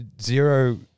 zero